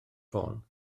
ffôn